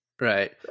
Right